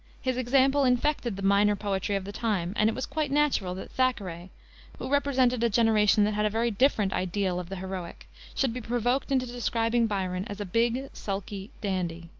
his example infected the minor poetry of the time, and it was quite natural that thackeray who represented a generation that had a very different ideal of the heroic should be provoked into describing byron as a big, sulky dandy.